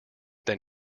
than